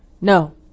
no